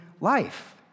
life